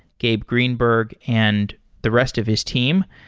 gabe greenberg, and the rest of his team.